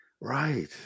Right